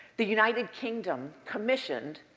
the united kingdom commissioned